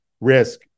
risk